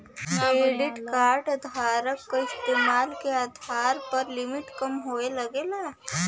credit card धारक क इस्तेमाल के आधार पर लिमिट कम होये लगला